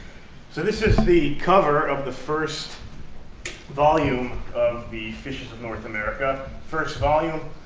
so this is the cover of the first volume of the fishes of north america first volume,